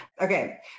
Okay